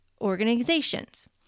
organizations